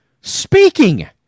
speaking